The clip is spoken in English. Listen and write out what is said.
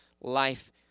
life